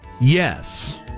Yes